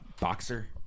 boxer